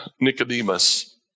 Nicodemus